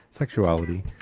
Sexuality